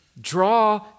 Draw